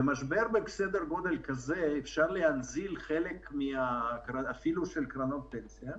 במשבר מסדר גודל כזה אפשר להנזיל אפילו חלק מקרנות הפנסיה,